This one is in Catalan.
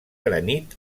granit